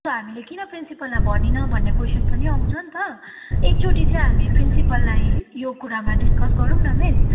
अब हामीले किन प्रिन्सिपलाई भनिनौँ भन्ने कोइसन पनि आउँछ नि त एक चोटि चाहिँ हामी प्रिन्सिपललाई यो कुरामा डिस्कस गरौँ न मिस